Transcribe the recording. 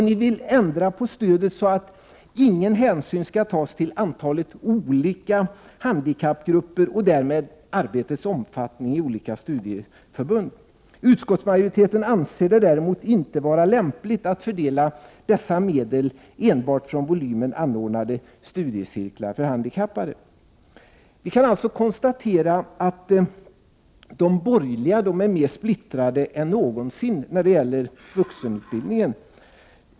Ni vill ändra det så, att ingen hänsyn skall tas till antalet olika handikappgrupper och därmed arbetets omfattning i olika studieförbund. Utskottsmajoriteten anser det däremot inte vara lämpligt att fördela dessa medel enbart efter volymen anordnade studiecirklar för handikappade. Vi kan alltså konstatera att de borgerliga är mer splittrade än någonsin när det gäller vuxenutbildningen.